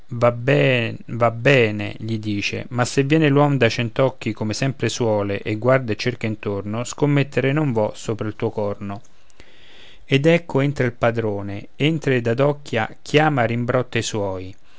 va ben va bene gli dice ma se viene l'uom dai cent'occhi come sempre suole e guarda e cerca intorno scommettere non vo sopra il tuo corno ed ecco entra il padrone entra ed adocchia chiama rimbrotta i suoi